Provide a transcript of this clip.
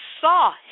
saw